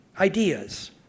ideas